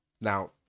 Now